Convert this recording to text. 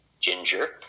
ginger